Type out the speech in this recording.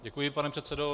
Děkuji, pane předsedo.